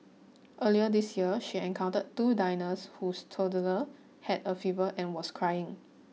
earlier this year she encountered two diners whose toddler had a fever and was crying